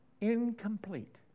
incomplete